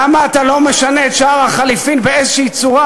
למה אתה לא משנה את שער החליפין באיזושהי צורה,